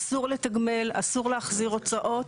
אסור לתגמל, אסור להחזיר הוצאות.